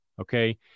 Okay